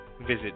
visit